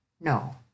No